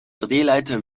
drehleiter